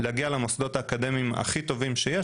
להגיע למוסדות האקדמיים הכי נחשבים שיש